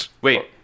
wait